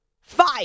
Five